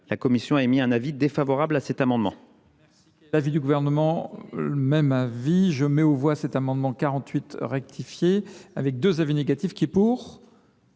la commission a émis un avis défavorable sur cet amendement,